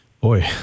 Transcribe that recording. Boy